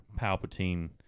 Palpatine